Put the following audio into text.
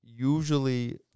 Usually